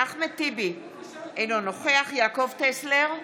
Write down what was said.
אחמד טיבי, אינו נוכח יעקב טסלר,